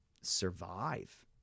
survive